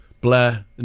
Blair